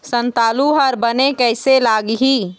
संतालु हर बने कैसे लागिही?